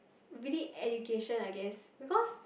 really education I guess because